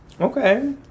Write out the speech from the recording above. Okay